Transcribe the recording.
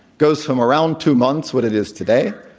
goes from around two months, what it is today,